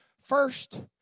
First